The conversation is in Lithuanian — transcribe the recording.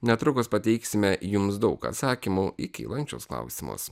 netrukus pateiksime jums daug atsakymų į kylančius klausimus